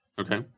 Okay